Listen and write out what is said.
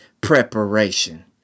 preparation